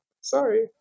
sorry